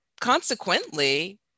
consequently